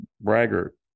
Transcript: braggart